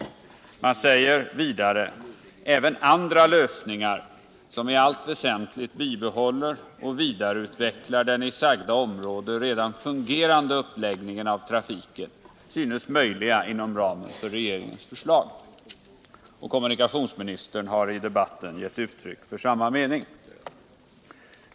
Utskottet säger vidare: ”Även andra lösningar som i allt väsentligt bibehåller och vidareutvecklar den i sagda område redan fungerande uppläggningen av trafiken synes möjliga inom ramen för regeringens förslag.” Kommunikationsministern har i debatten givit uttryck för samma mening.